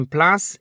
Plus